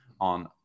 on